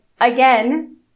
again